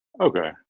okay